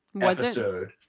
episode